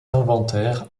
inventaire